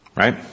Right